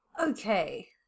Okay